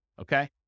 okay